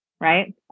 Right